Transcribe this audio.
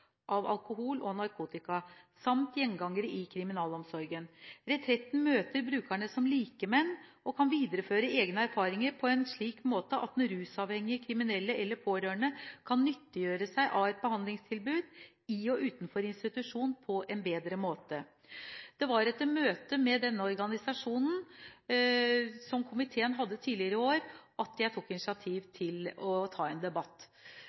av alkohol og narkotika, samt mot gjengangere i kriminalomsorgen. Retretten møter brukerne som likemenn og kan videreføre egne erfaringer på en slik måte at den rusavhengige, kriminelle eller pårørende kan nyttiggjøre seg et behandlingstilbud i og utenfor institusjon på en bedre måte. Det var etter komiteens møte med denne organisasjonen tidligere i år, at jeg tok initiativ til å ta en debatt.